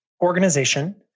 organization